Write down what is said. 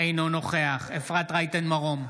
אינו נוכח אפרת רייטן מרום,